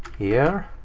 here?